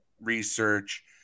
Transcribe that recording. research